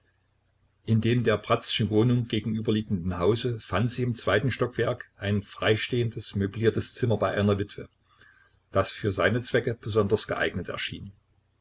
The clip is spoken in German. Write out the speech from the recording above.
in dem der bratzschen wohnung gegenüberliegenden hause fand sich im zweiten stockwerk ein freistehendes möbliertes zimmer bei einer witwe das für seine zwecke besonders geeignet erschien